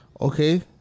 Okay